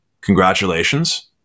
congratulations